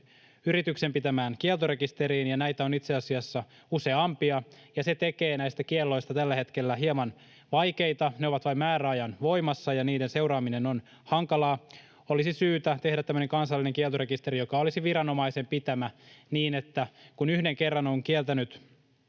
yrityksen pitämään kieltorekisteriin, ja näitä on itse asiassa useampia, ja se tekee näistä kielloista tällä hetkellä hieman vaikeita; ne ovat vain määräajan voimassa, ja niiden seuraaminen on hankalaa. Olisi syytä tehdä tämmöinen kansallinen kieltorekisteri, joka olisi viranomaisen pitämä, niin että kun yhden kerran on kieltänyt